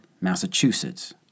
Massachusetts